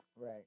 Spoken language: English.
Right